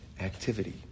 activity